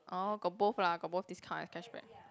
oh got both lah got both discount and cashback